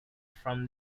from